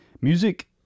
Music